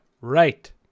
Right